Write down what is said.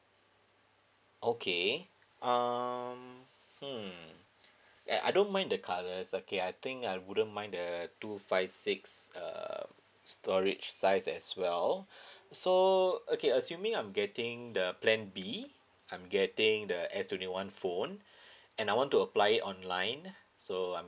okay um mm uh I don't mind the colours okay I think I wouldn't mind the two five six um storage size as well so okay assuming I'm getting the plan B I'm getting the S twenty one phone and I want to apply it online so I'm